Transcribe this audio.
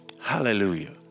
Hallelujah